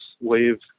Wave